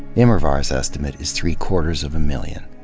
immerwahr's estimate is three quarters of a million.